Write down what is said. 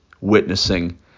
witnessing